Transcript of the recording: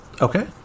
Okay